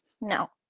no